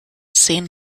seen